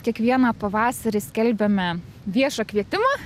kiekvieną pavasarį skelbiame viešą kvietimą